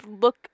look